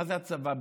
מה זה הצבא בשבילם?